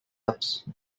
ups